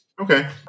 Okay